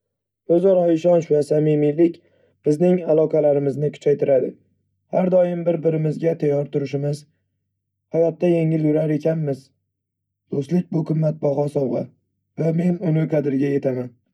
O'zaro ishonch va samimiylik bizning aloqalarimizni kuchaytiradi. Har doim bir-birimizga tayyor turishimiz, hayotda yengil yurar ekanmiz. Do'stlik - bu qimmatbaho sovg'a, va men uni qadriga yetaman.